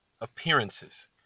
appearances